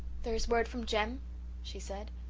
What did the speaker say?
there is word from jem she said.